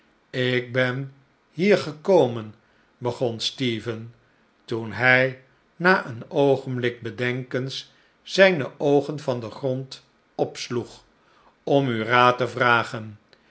ik ben hier gekomen begon stephen toen hij na een oogenblik bedenkens zijne oogen van den grond opsloeg om u raad te vragen